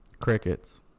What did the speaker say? Crickets